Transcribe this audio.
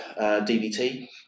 DBT